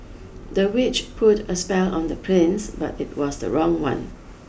the witch put a spell on the prince but it was the wrong one